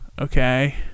Okay